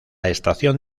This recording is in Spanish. estación